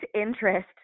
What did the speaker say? interest